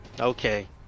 Okay